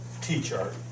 t-chart